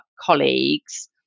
colleagues